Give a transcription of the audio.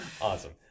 Awesome